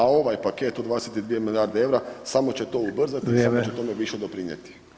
A ovaj paket od 22 milijarde EUR-a samo će to ubrzati [[Upadica: Vrijeme.]] i samo će tome više doprinijeti.